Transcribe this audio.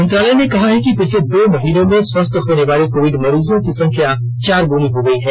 मंत्रालय ने कहा है कि पिछले दो महीनों में स्वस्थ होने वाले कोविड मरीजों की संख्या चार गुनी हो गई है